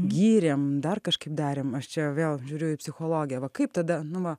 gyrėm dar kažkaip darėm aš čia vėl žiūriu į psichologę va kaip tada nu va